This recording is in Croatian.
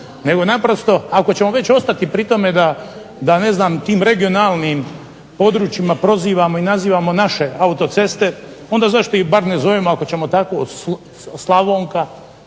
nego naprosto, ako ćemo već ostati pri tome da ne znam tim regionalnim područjima prozivamo i nazivamo naše autoceste, onda zašto ih bar ne zovemo, ako ćemo tako, Slavonka,